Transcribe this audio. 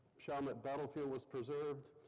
chalmette battlefield was preserved,